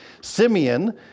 Simeon